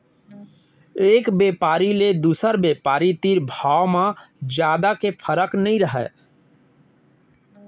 एक बेपारी ले दुसर बेपारी तीर भाव म जादा के फरक नइ रहय